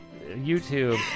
YouTube